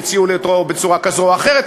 הם הציעו לי בצורה כזאת או אחרת,